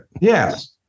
Yes